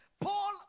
Paul